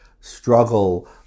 struggle